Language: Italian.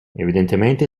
evidentemente